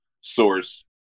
source